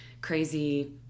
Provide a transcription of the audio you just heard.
crazy